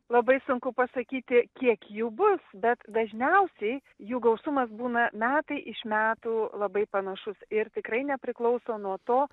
labai sunku pasakyti kiek jų bus bet dažniausiai jų gausumas būna metai iš metų labai panašus ir tikrai nepriklauso nuo to